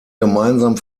gemeinsam